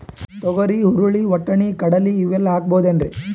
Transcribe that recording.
ತೊಗರಿ, ಹುರಳಿ, ವಟ್ಟಣಿ, ಕಡಲಿ ಇವೆಲ್ಲಾ ಹಾಕಬಹುದೇನ್ರಿ?